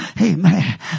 Amen